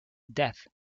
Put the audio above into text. death